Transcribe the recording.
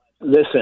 listen